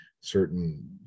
certain